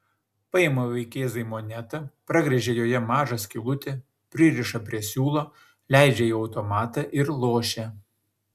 paima vaikėzai monetą pragręžia joje mažą skylutę pririša prie siūlo leidžia į automatą ir lošia